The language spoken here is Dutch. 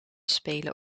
spelen